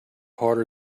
harder